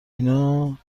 جوونن